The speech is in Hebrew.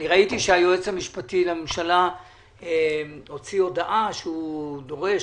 ראיתי שהיועץ המשפטי לממשלה הוציא הודעה ובה הוא דורש